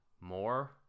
more